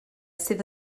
sydd